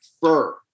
fur